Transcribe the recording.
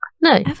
No